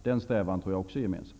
Den strävan tror jag också är gemensam.